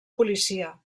policia